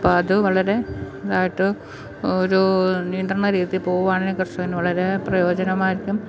അപ്പോള് അത് വളരെ ആയിട്ട് ഒരൂ നിയന്ത്രണ രീതിയില് പോവുവാണെങ്കിൽ കർഷകന് വളരെ പ്രയോജനമായിരിക്കും